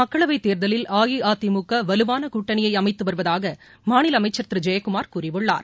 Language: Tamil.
மக்களவைத் தேர்தலில் அஇஅதிமுக வலுவான கூட்டணியை அமைத்து வருவதாக மாநில அமைச்சர் திரு ஜெயக்குமார் கூறியுள்ளார்